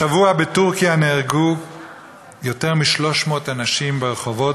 השבוע נהרגו בטורקיה יותר מ-300 אנשים ברחובות